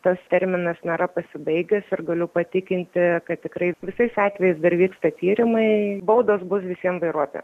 tas terminas nėra pasibaigęs ir galiu patikinti kad tikrai visais atvejais dar vyksta tyrimai baudos bus visiem vairuotojam